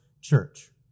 church